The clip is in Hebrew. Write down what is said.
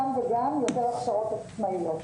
גם וגם, יותר הכשרות עצמאיות.